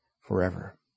forever